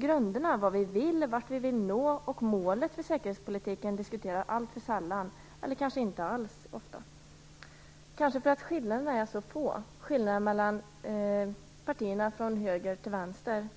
Grunderna - vad vi vill, vart vi vill nå och målet för säkerhetspolitiken - diskuteras alltför sällan eller kanske inte alls, kanske för att skillnaderna är så få mellan partierna från höger till vänster.